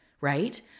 right